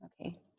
okay